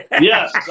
Yes